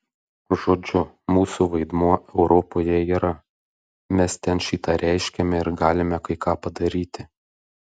žodžiu mūsų vaidmuo europoje yra mes ten šį tą reiškiame ir galime kai ką padaryti